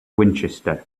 winchester